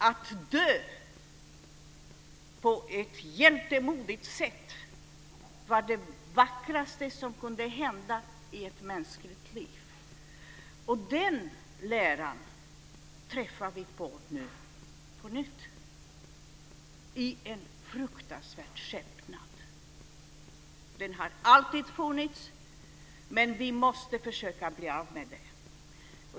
Att dö på ett hjältemodigt sätt var det vackraste som kunde hända i ett mänskligt liv. Den läran träffar vi nu på nytt på i en fruktansvärd skepnad. Den har alltid funnits, men vi måste försöka bli av med den.